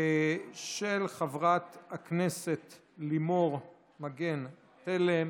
של חברת הכנסת מגן תלם.